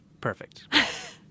Perfect